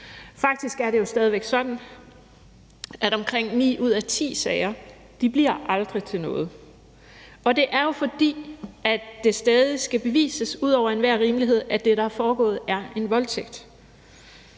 Faktisk er det jo stadig væk sådan, at omkring ni ud af ti sager aldrig bliver til noget. Og det er jo, fordi det stadig skal bevises ud over enhver rimelighed, at det, der er foregået, er en voldtægt.